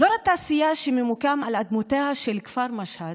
אזור התעשייה, שממוקם על אדמותיו של כפר משהד,